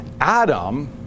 Adam